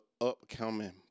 upcoming